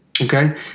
Okay